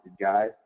guys